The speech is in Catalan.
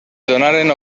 donaren